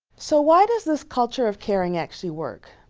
so why does this culture of caring actually work?